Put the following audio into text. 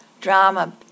drama